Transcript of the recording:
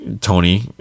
Tony